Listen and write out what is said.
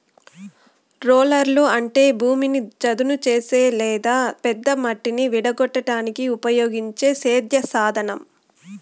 రోలర్లు అంటే భూమిని చదును చేసే లేదా పెద్ద మట్టిని విడగొట్టడానికి ఉపయోగించే సేద్య సాధనం